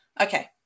okay